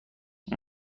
کجا